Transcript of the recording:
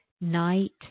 night